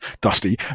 Dusty